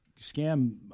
scam